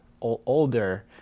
older